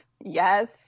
Yes